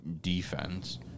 defense